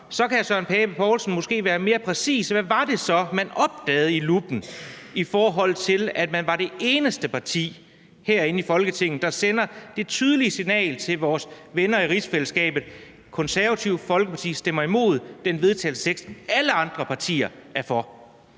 så kan hr. Søren Pape Poulsen måske være mere præcis, med hensyn til hvad det så var, man opdagede i luppen, i forhold til at man var det eneste parti herinde i Folketinget, der sendte det tydelige signal til vores venner i rigsfællesskabet: Det Konservative Folkeparti stemmer imod det forslag til vedtagelse, som alle andre partier er for.